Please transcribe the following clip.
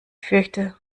fürchte